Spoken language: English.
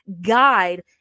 guide